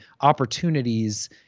opportunities